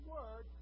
Word